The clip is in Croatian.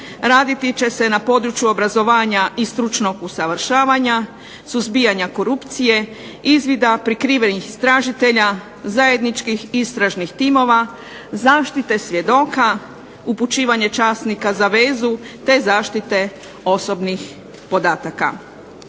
Raditi će se na području obrazovanja i stručnog usavršavanja, suzbijanja korupcije, izvida prikrivenih istražitelja, zajedničkih istražnih timova, zaštite svjedoka, upućivanje časnika za vezu, te zaštite osobnih podataka.